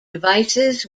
devices